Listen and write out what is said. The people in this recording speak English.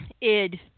id